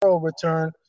return